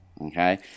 Okay